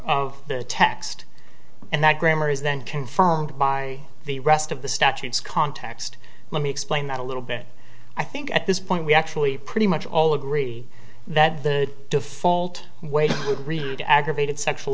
of the text and that grammar is then confirmed by the rest of the statutes context let me explain that a little bit i think at this point we actually pretty much all agree that the default way would read aggravated sexual